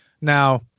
Now